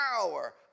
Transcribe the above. power